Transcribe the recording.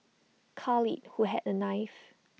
Khalid who had A knife